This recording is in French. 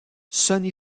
sonny